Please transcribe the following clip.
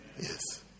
Yes